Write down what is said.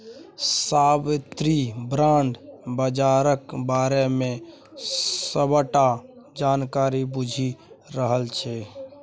साबित्री bond बजारक बारे मे सबटा जानकारी बुझि रहल छै